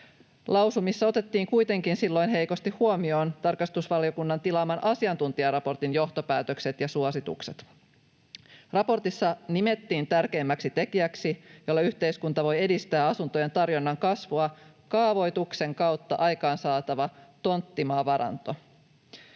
Lausumissa otettiin kuitenkin silloin heikosti huomioon tarkastusvaliokunnan tilaaman asiantuntijaraportin johtopäätökset ja suositukset. Raportissa nimettiin tärkeimmäksi tekijäksi, jolla yhteiskunta voi edistää asuntojen tarjonnan kasvua, kaavoituksen kautta aikaansaatava tonttimaavaranto.